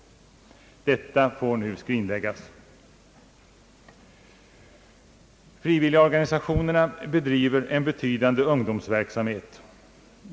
Detta får nu skrinläggas. Frivilligorganisationerna bedriver en betydande ungdomsverksamhet.